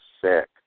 sick